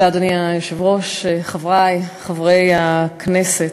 אדוני היושב-ראש, תודה, חברי חברי הכנסת,